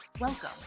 welcome